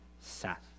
seth